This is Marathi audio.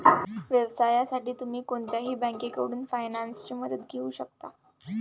व्यवसायासाठी तुम्ही कोणत्याही बँकेकडून फायनान्सची मदत घेऊ शकता